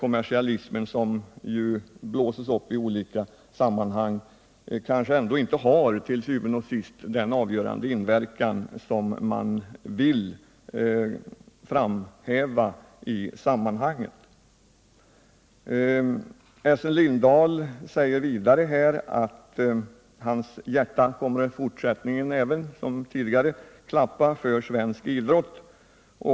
Kommersialismen, som blåses upp i olika sammanhang, kanske ändå til syvende og sidst inte har den avgörande inverkan som man vill framhäva. Essen Lindahl framhöll att hans hjärta i fortsättningen liksom tidigare kommer att klappa för svensk idrott.